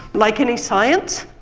like any science,